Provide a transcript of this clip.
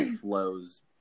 flows